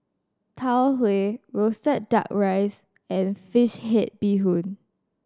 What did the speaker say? Tau Huay roasted Duck Rice and fish head bee hoon